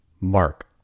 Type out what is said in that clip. Mark